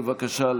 בבקשה,